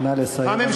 נא לסיים, אדוני.